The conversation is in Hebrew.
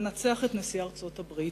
לנצח את נשיא ארצות-הברית,